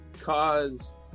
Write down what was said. cause